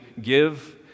give